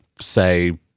say